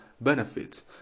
benefits